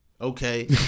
okay